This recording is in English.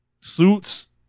suits